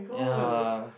ya